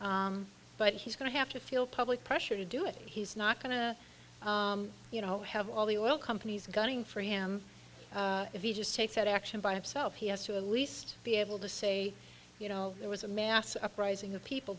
it but he's going to have to feel public pressure to do it he's not going to you know have all the oil companies gunning for him if he just takes that action by himself he has to a least be able to say you know there was a mass uprising of people